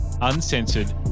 uncensored